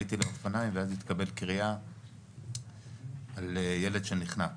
עליתי על האופניים ואז התקבלה קריאה על ילד שנחנק,